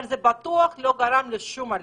אבל זה בטוח לא גרם לשום עלייה.